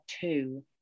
two